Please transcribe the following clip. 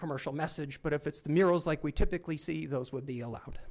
commercial message but if it's the mirrors like we typically see those would be allowed